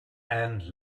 and